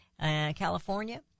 California